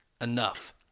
enough